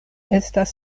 estas